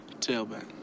tailback